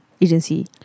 Agency